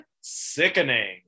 sickening